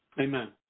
Amen